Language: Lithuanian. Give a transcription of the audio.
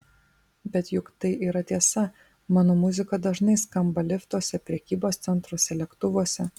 bet juk tai yra tiesa mano muzika dažnai skamba liftuose prekybos centruose lėktuvuose